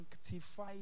sanctify